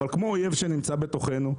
אבל כמו אויב שנמצא בתוכנו,